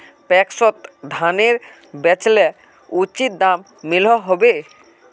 पैक्सोत धानेर बेचले उचित दाम मिलोहो होबे?